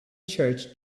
church